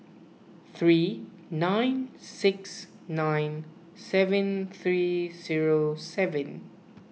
three nine six nine seven three zero seven